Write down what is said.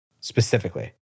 specifically